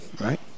right